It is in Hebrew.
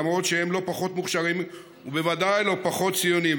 למרות שהם לא פחות מוכשרים ובוודאי לא פחות ציונים,